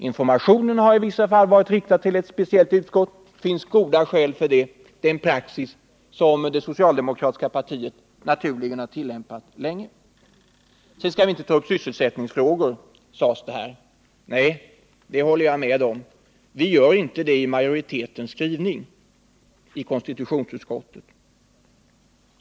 Informationen har i vissa fall varit riktad till ett visst utskott — det finns goda skäl för det — och det är en praxis som det socialdemokratiska partiet naturligen har tillämpat länge. Sedan skall vi inte ta upp sysselsättningsfrågor, sades det här. Nej, det håller jag med om, och vi gör inte det i majoritetens skrivning i konstitutionsutskottets betänkande.